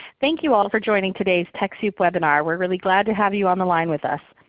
thank you, all, for joining today's techsoup webinar. we're really glad to have you on the line with us.